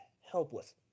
helpless